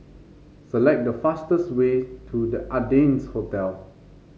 select the fastest way to The Ardennes Hotel